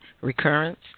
Recurrence